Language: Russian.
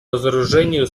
разоружению